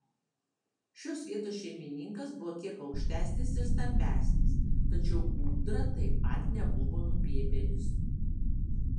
šios vietos šeimininkas buvo kiek aukštesnis ir stambesnis tačiau ūdra taip pat nebuvo nupiepėlis